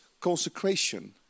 consecration